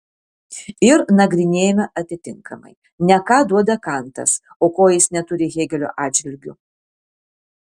ir nagrinėjame atitinkamai ne ką duoda kantas o ko jis neturi hėgelio atžvilgiu